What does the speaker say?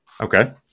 Okay